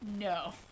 No